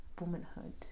womanhood